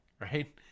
right